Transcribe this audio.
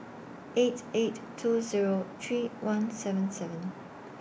eight eight two Zero three one seven seven